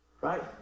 right